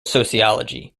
sociology